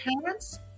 parents